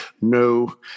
No